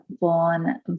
born